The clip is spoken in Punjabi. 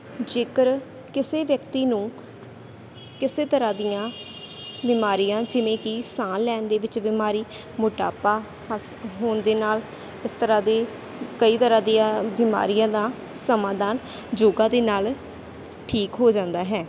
ਜੇਕਰ ਕਿਸੇ ਵਿਅਕਤੀ ਨੂੰ ਕਿਸੇ ਤਰ੍ਹਾਂ ਦੀਆਂ ਬਿਮਾਰੀਆਂ ਜਿਵੇਂ ਕਿ ਸਾਂਹ ਲੈਣ ਦੇ ਵਿੱਚ ਬਿਮਾਰੀ ਮੋਟਾਪਾ ਹਸ ਹੋਣ ਦੇ ਨਾਲ ਇਸ ਤਰ੍ਹਾਂ ਦੀ ਕਈ ਤਰ੍ਹਾਂ ਦੀਆਂ ਬਿਮਾਰੀਆਂ ਦਾ ਸਮਾਧਾਨ ਯੋਗਾ ਦੇ ਨਾਲ ਠੀਕ ਹੋ ਜਾਂਦਾ ਹੈ